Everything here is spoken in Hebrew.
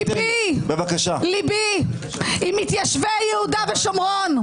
ליבי, ליבי עם מתיישבי יהודה ושומרון.